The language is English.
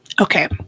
Okay